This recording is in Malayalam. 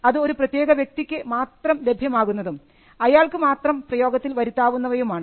അത് ഒരു പ്രത്യേക വ്യക്തിക്ക് മാത്രം ലഭ്യമാകുന്നതും അയാൾക്ക് മാത്രം പ്രയോഗത്തിൽ വരുത്താവുന്നവയുമാണ്